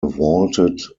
vaulted